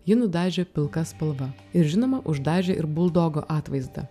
ji nudažė pilka spalva ir žinoma uždažė ir buldogo atvaizdą